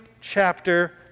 chapter